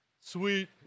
sweet